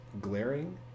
glaring